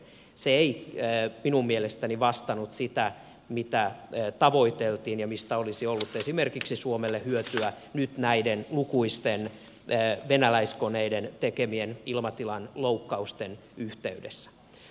se ei minun mielestäni vastannut sitä mitä tavoiteltiin ja mistä olisi ollut esimerkiksi suomelle hyötyä nyt näiden lukuisten venäläiskoneiden tekemien ilmatilaloukkausten yhteydessä